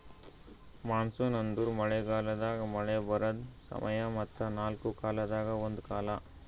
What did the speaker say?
monsoon ಅಂದುರ್ ಮಳೆ ಗಾಲದಾಗ್ ಮಳೆ ಬರದ್ ಸಮಯ ಮತ್ತ ನಾಲ್ಕು ಕಾಲದಾಗ ಒಂದು ಕಾಲ